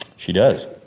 she does.